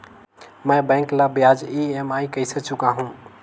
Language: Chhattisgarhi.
मैं बैंक ला ब्याज ई.एम.आई कइसे चुकाहू?